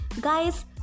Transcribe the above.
Guys